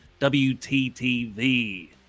WTTV